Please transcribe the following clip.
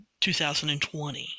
2020